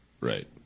Right